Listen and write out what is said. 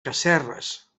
casserres